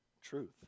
truth